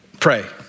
Pray